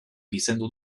gizendu